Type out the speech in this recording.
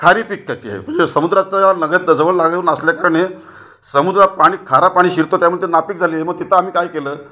खारी पिकाची आहे म्हणजे समुद्रात लगत जवळ लागून असल्या कारणाने समुद्रात पाणी खारा पाणी शिरतं त्यामुळे ती नापीक झालेली आहे मग तिथं आम्ही काय केलं